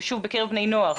ושוב, בקרב בני נוער.